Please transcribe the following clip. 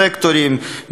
בסקטורים,